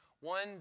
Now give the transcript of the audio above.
One